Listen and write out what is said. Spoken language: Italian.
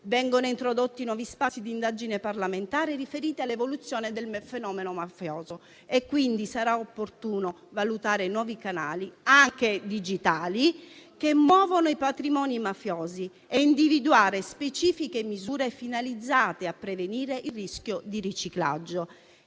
Vengono introdotti nuovi spazi d'indagine parlamentare riferiti all'evoluzione del fenomeno mafioso e quindi sarà opportuno valutare nuovi canali, anche digitali, che muovono i patrimoni mafiosi e individuare specifiche misure finalizzate a prevenire il rischio di riciclaggio.